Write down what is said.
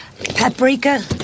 paprika